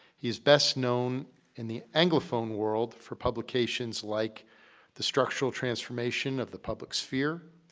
he is best known in the anglophone world for publications like the structural transformation of the public sphere,